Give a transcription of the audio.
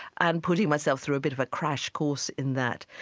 and putting myself through a bit of a crash course in that.